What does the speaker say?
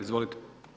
Izvolite.